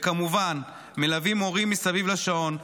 וכמובן מלווים הורים מסביב לשעון,